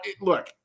look